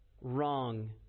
wrong